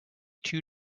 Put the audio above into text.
too